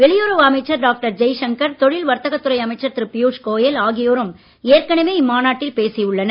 வெளியுறவு அமைச்சர் டாக்டர் ஜெய்சங்கர் தொழில் வர்த்தக துறை அமைச்சர் திரு பியூஷ் கோயல் ஆகியோரும் ஏற்கனவெ இம்மாநாட்டில் பேசி உள்ளனர்